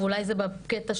מבחינתי,